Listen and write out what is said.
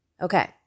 Okay